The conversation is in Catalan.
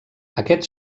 aquest